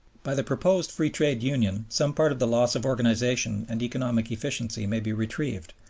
by the proposed free trade union some part of the loss of organization and economic efficiency may be retrieved,